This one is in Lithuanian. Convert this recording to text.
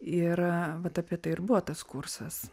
ir vat apie tai buvo tas kursas